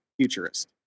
futurist